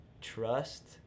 Trust